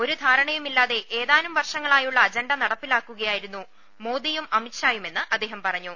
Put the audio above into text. ഒരു ധാരണ യുമില്ലാതെ ഏതാനും വർഷങ്ങളായുള്ള അജിണ്ട ന്ടപ്പിലാക്കുക യായിരുന്നു മോദിയും അമിത്ഷായുമെന്നൂം അദ്ദേഹം പറഞ്ഞു